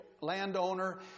landowner